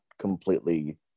completely